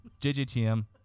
JJTM